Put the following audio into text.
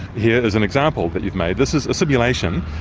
here is an example that you've made. this is a simulation,